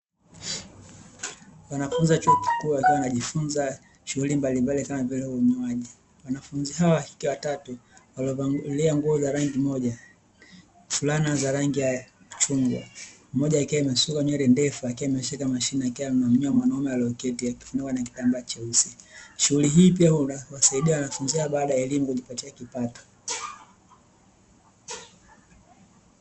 Wanafunzi wa chuo kikuu wakiwa wanajifunza shughuli mbalimbali kama vile unyoaji. Wanafunzi hawa wa kike watatu waliovalia nguo za rangi moja (fulana za rangi chungwa). Mmoja akiwa amesuka nywele ndefu akiwa ameshika mashine akiwa anamnyoa mwanaume aloketi akifunikwa na kitambaa cheusi. Shughuli hii pia huwasaidia wanafunzi hawa baada ya elimu kujipatia kipato.